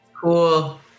cool